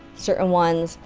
certain ones,